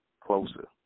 closer